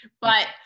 But-